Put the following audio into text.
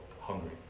hungry